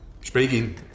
speaking